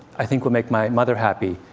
i think would make my mother happy,